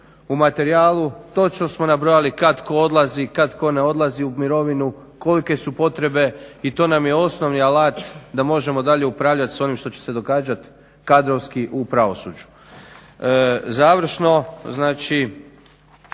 U materijalu točno smo nabrojali kada tko odlazi, kada tko ne odlazi u mirovinu, kolike su potrebe i to nam je osnovni alat da možemo dalje upravljati s onim što će se događati kadrovski u pravosuđu. Završno, znači